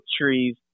trees